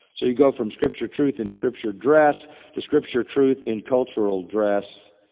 so you go from scripture truth in scripture dress to scripture truth in cultural dress.